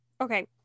Okay